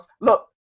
look